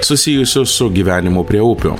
susijusiu su gyvenimu prie upių